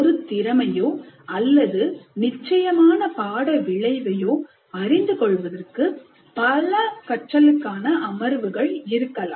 ஒரு திறமையோ அல்லது நிச்சயமான பாட விளைவையும் அறிந்து கொள்வதற்கு பல கற்றலுக்கான அமர்வுகள் இருக்கலாம்